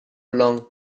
long